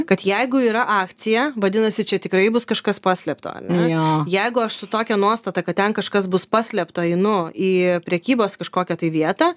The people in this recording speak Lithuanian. kad jeigu yra akcija vadinasi čia tikrai bus kažkas paslėpta ar ne jeigu aš su tokia nuostata kad ten kažkas bus paslėpta einu į prekybos kažkokią tai vietą